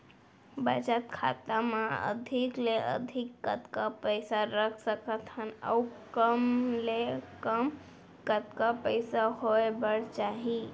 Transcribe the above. बचत खाता मा अधिक ले अधिक कतका पइसा रख सकथन अऊ कम ले कम कतका पइसा होय बर चाही?